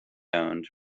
owned